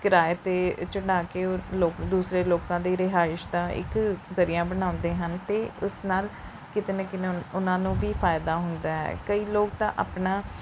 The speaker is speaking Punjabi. ਕਿਰਾਏ 'ਤੇ ਚੜ੍ਹਾ ਕੇ ਲੋਕ ਦੂਸਰੇ ਲੋਕਾਂ ਦੇ ਰਿਹਾਇਸ਼ ਦਾ ਇੱਕ ਜ਼ਰੀਆ ਬਣਾਉਂਦੇ ਹਨ ਅਤੇ ਉਸ ਨਾਲ ਕਿਤੇ ਨਾ ਕਿਤੇ ਉਹਨਾਂ ਨੂੰ ਵੀ ਫਾਇਦਾ ਹੁੰਦਾ ਹੈ ਕਈ ਲੋਕ ਤਾਂ ਆਪਣਾ